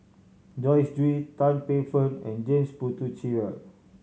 Joyce Jue Tan Paey Fern and James Puthucheary